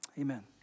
Amen